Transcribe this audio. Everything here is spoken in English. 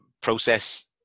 process